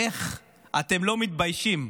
איך אתם לא מתביישים?